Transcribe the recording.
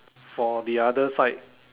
for the other side